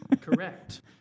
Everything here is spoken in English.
Correct